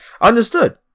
Understood